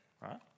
right